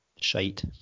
shite